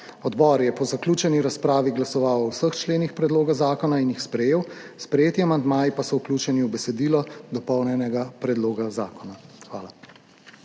Odbor je po zaključeni razpravi glasoval o vseh členih predloga zakona in jih sprejel. Sprejeti amandmaji pa so vključeni v besedilo dopolnjenega predloga zakona. Hvala.